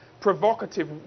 provocative